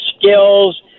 skills